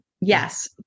Yes